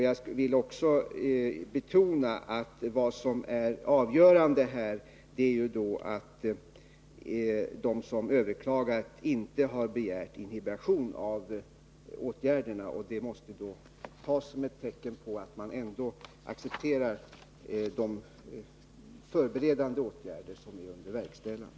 Jag vill också betona att vad som här är avgörande är att de som överklagar inte har begärt inhibition av åtgärderna. Det måste tas som ett tecken på att man accepterar de förberedande åtgärder som är under verkställande.